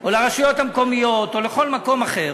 או לרשויות המקומיות או לכל מקום אחר,